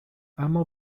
اما